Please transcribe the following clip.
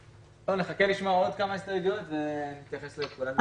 נחכה לשמוע עוד כמה הסתייגויות ונתייחס לכולם.